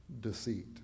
deceit